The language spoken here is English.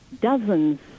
dozens